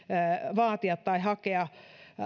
vaatia tai hakea